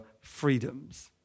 freedoms